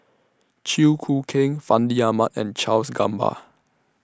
Chew Choo Keng Fandi Ahmad and Charles Gamba